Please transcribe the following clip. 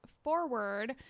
forward